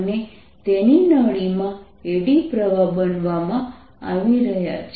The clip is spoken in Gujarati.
અને તેથી નળીમાં એડી પ્રવાહ બનાવવામાં આવી રહ્યા છે